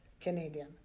Canadian